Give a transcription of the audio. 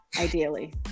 ideally